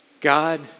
God